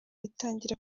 bitangira